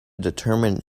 determine